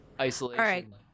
Isolation